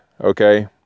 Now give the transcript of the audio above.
Okay